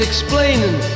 Explaining